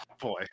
Boy